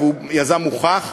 והוא יזם מוכח,